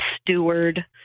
steward